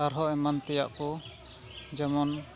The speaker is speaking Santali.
ᱟᱨᱦᱚᱸ ᱮᱢᱟᱱ ᱛᱮᱭᱟᱜ ᱠᱚ ᱡᱮᱢᱚᱱ